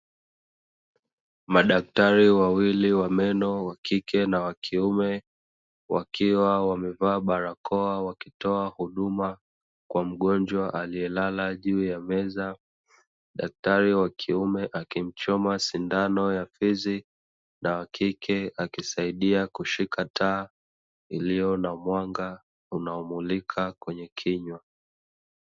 Madaktari wawili wa meno wa kike na wakiume wakiwa wamevaa barakoa, wakitoa huduma kwa mgonjwa aliyelala juu ya meza. Daktari wa kiume akimchoma sindano ya fizi, na wakike akisaidia kushika taa iliyo na mwanga unaomulika kwenye kinywa.